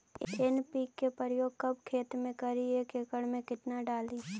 NPK प्रयोग कब खेत मे करि एक एकड़ मे कितना डाली?